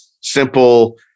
simple